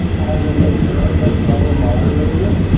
having a firm but subtle moderator,